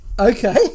Okay